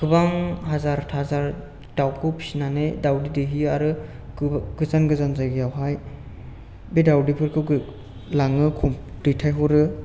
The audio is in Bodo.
गोबां हाजार हाजार दावखौ फिनानै दावदै दैहोयो आरो गेजान गोजान जायगायावहाय बे दावदैफोरखौ लाङो दैथाय हरो